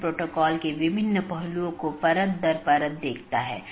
यह पूरे मेश की आवश्यकता को हटा देता है और प्रबंधन क्षमता को कम कर देता है